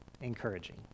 encouraging